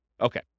Okay